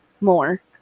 more